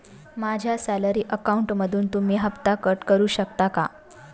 माझ्या सॅलरी अकाउंटमधून तुम्ही हफ्ता कट करू शकता का?